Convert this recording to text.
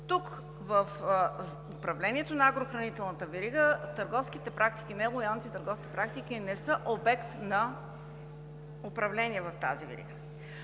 Тук в управлението на агрохранителната верига нелоялните търговски практики не са обект на управление в тази верига.